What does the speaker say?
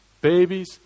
babies